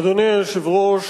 אדוני היושב-ראש,